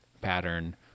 pattern